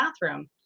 bathroom